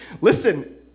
listen